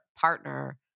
partner